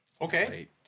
Okay